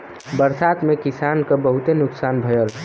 बरसात में किसान क बहुते नुकसान भयल